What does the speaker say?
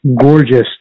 gorgeous